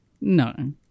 no